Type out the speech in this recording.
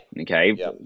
Okay